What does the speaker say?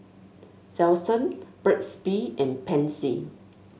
Selsun Burt's Bee and Pansy